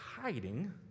hiding